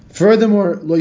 furthermore